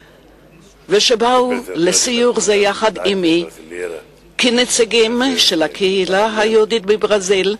ובאו לסיור זה יחד עמי כנציגים של הקהילה היהודית בברזיל,